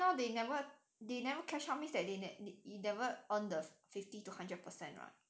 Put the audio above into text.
now they never they never catch up means that they ne~ never earn the fifty to hundred percent [what]